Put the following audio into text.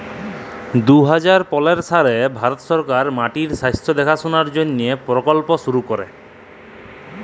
দু হাজার পলের সালে ভারত সরকার মাটির স্বাস্থ্য দ্যাখাশলার জ্যনহে পরকল্প শুরু ক্যরে